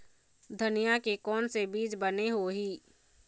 धनिया के कोन से बीज बने होही?